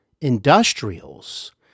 industrials